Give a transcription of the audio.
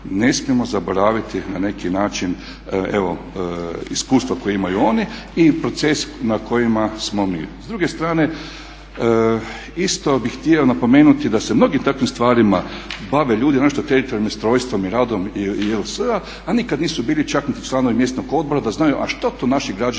ne smijemo zaboraviti na neki način evo iskustva koja imaju one i proces na kojem smo mi. S druge strane isto bih htio napomenuti da se mnogim takvim stvarima bave ljudi naročito teritorijalnim ustrojstvom i radom JLS-a a nikad nisu bili čak niti članovi mjesnog odbora da znaju a što to naši građani